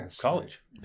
college